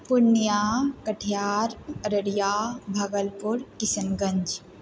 Purnia Katihar Araria Bhagalpur Kishanganj